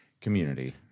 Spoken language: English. community